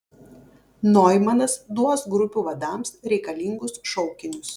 noimanas duos grupių vadams reikalingus šaukinius